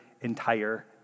entire